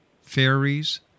fairies